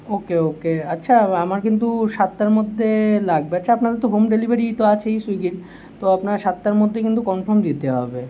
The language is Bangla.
ওকে ওকে আচ্ছা আমার কিন্তু সাতটার মধ্যে লাগবে আচ্ছা আপনারা তো হোম ডেলিভারি তো আছেই সুইগির তো আপনারা সাতটার মধ্যেই কিন্তু কনফার্ম দিতে হবে